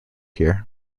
here